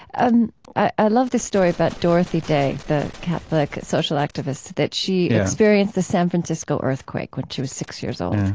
and i love this story about dorothy day, the catholic social activist, that she experienced the san francisco earthquake when she was six years old,